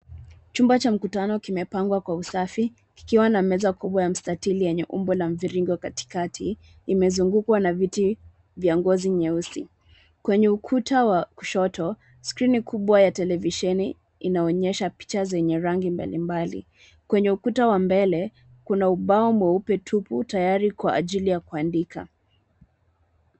Chumba cha mkutano kimepangwa kwa usafi kikiwa na meza kubwa ya mstatili yenye umbo la mviringo katikati, imezugukwa na viti vya ngozi nyeusi. Kwenye ukuta wa kushoto, skrini kubwa ya televisheni inaonyesha picha zenye rangi mbalimbali. Kwenye ukuta wa mbele kuna ubao mweupe tupu tayari kwa ajili ya kuandika.